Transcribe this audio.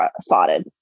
spotted